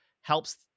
helps